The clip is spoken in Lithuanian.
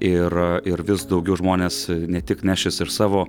ir ir vis daugiau žmonės ne tik nešis ir savo